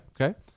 Okay